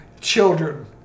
children